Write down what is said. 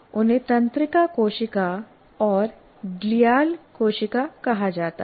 उन्हें तंत्रिका कोशिका और ग्लियल कोशिका कहा जाता है